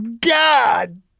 God